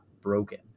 broken